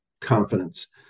confidence